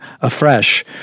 afresh